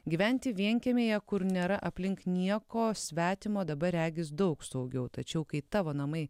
gyventi vienkiemyje kur nėra aplink nieko svetimo dabar regis daug saugiau tačiau kai tavo namai